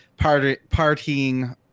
partying